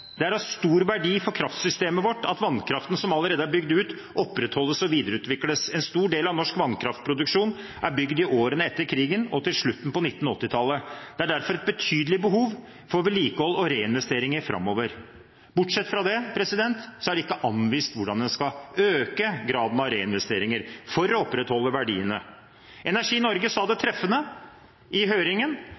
er av stor verdi for kraftsystemet vårt at vannkraften som allerede er bygd ut opprettholdes og videreutvikles. En stor del av norsk vannkraftproduksjon er bygd i årene etter krigen og til slutten på 1980-tallet. Det er derfor et betydelig behov for vedlikehold og reinvesteringer fremover.» Bortsett fra det er det ikke anvist hvordan en skal øke graden av reinvesteringer for å opprettholde verdiene. Energi Norge sa det treffende i høringen: